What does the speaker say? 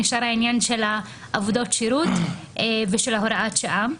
נשאר העניין של עבודות שירות ושל הוראת שעה.